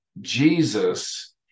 Jesus